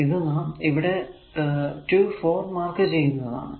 ഇത് നാം ഇവിടെ 2 4 മാർക്ക് ചെയ്യുന്നതാണ്